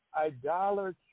Idolatry